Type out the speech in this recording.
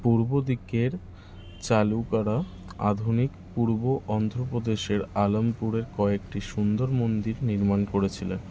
পূর্ব দিকের চালু করা আধুনিক পূর্ব অন্ধ্রপ্রদেশের আলমপুরের কয়েকটি সুন্দর মন্দির নির্মাণ করেছিলেন